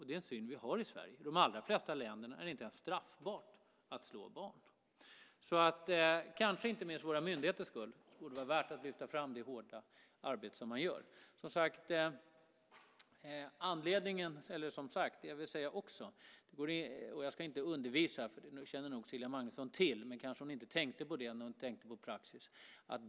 Det är en syn vi har i Sverige. I de allra flesta andra länder är det inte ens straffbart att slå barn. Kanske inte minst för våra myndigheters skull vore det alltså värt att lyfta fram det hårda arbete som man gör. Jag ska inte undervisa, för Cecilia Magnusson känner nog till det här. Men hon kanske inte tänkte på det när hon pratade om praxis.